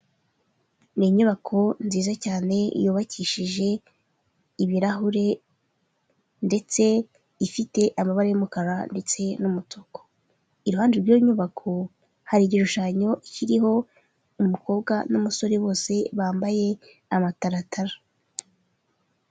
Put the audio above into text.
Ni inyubako nziza cyane yubakishije ibirahurire ndetse ifite amabara y'umukara ndetse n'umutuku iruhande rwiyo nyubako hari igishushanyo ikiriho umukobwa n'umusore bose bambaye amataratara.